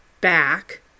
back